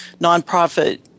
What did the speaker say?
nonprofit